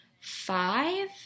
five